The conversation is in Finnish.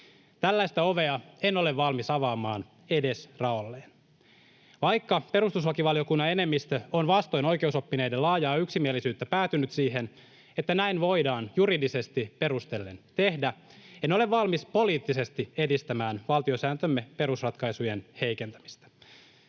Tällaista ovea en ole valmis avaamaan edes raolleen. Vaikka perustuslakivaliokunnan enemmistö on vastoin oikeusoppineiden laajaa yksimielisyyttä päätynyt siihen, että näin voidaan juridisesti perustellen tehdä, en ole valmis poliittisesti edistämään valtiosääntömme perusratkaisujen heikentämistä.